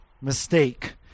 mistake